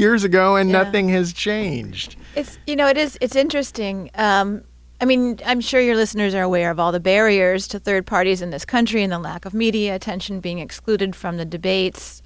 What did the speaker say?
years ago and nothing has changed it's you know it is it's interesting i mean i'm sure your listeners are aware of all the barriers to third parties in this country and the lack of media attention being excluded from the debates